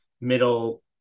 middle